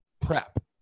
prep